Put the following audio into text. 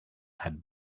had